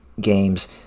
games